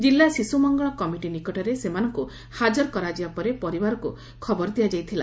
ଜିଲ୍ଲା ଶିଶୁ ମଙ୍ଗଳ କମିଟି ନିକଟରେ ସେମାନଙ୍ଙୁ ହାଜର କରାଯିବା ପରେ ପରିବାରକୁ ଖବର ଦିଆଯାଇଥିଲା